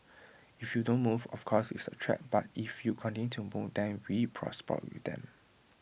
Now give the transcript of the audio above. if you don't move of course it's A threat but if you continue to move then we prosper with them